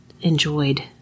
enjoyed